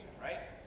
right